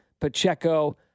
Pacheco